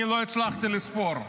אני לא הצלחתי לספור.